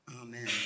Amen